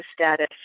status